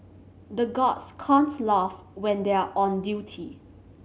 the guards can't laugh when they are on duty